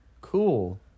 cool